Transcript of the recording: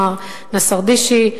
מר נסרדישי,